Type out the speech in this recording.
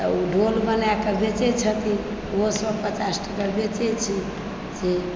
तऽ ओ ढोल बना कऽ बेचै छथिन ओहो सए पचास टके बेचै छै से